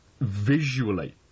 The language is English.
visually